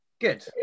good